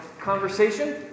conversation